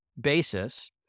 basis